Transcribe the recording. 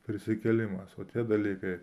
prisikėlimas o tie dalykai